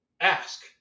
ask